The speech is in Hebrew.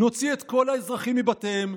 נוציא את כל האזרחים מבתיהם.